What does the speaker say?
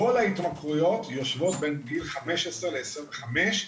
כל ההתמכרויות יושבות בין גיל חמש עשרה לעשרים וחמש.